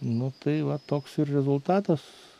nu tai va toks ir rezultatas